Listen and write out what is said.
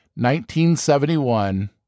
1971